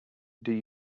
did